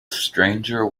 stranger